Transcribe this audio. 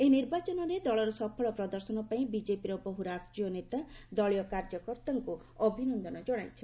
ଏହି ନିର୍ବାଚନରେ ଦଳର ସଫଳ ପ୍ରଦର୍ଶନ ପାଇଁ ବିକେପିର ବହୁ ରାଷ୍ଟ୍ରୀୟ ନେତା ଦଳୀୟ କାର୍ଯ୍ୟକର୍ତ୍ତାଙ୍କୁ ଅଭିନନ୍ଦନ ଜଣାଇଛନ୍ତି